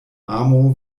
amo